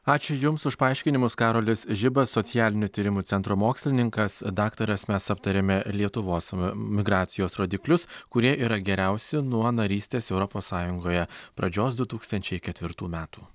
ačiū jums už paaiškinimus karolis žibas socialinių tyrimų centro mokslininkas daktaras mes aptarėme lietuvos migracijos rodiklius kurie yra geriausi nuo narystės europos sąjungoje pradžiosdu tūkstančiai ketvirtų metų